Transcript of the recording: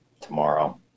tomorrow